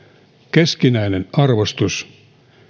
keskinäinen arvostus